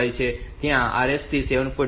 5 memory છે તેથી R 7